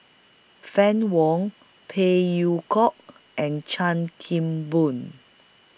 Fann Wong Phey Yew Kok and Chan Kim Boon